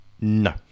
No